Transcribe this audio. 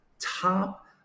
Top